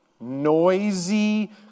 noisy